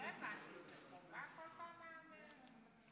לא הבנתי,